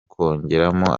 kongeramo